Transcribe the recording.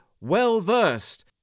well-versed